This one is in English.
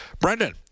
Brendan